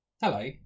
Hello